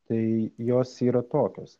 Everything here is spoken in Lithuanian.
tai jos yra tokios